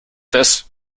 this